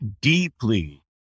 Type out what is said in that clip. deeply